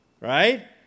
Right